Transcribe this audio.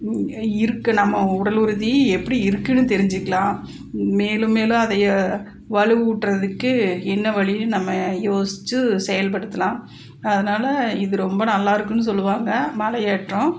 இருக்குது நம்ம உடல் உறுதி எப்படி இருக்குன்னு தெரிஞ்சுக்கலாம் மேலும் மேலும் அதை வலுவூட்டுறதுக்கு என்ன வழின்னு நம்ம யோசித்து செயல்படுத்தலாம் அதனால இது ரொம்ப நல்லாயிருக்குன்னு சொல்லுவாங்க மலை ஏற்றம்